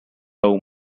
aún